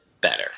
better